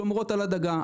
שומרות על הדגה.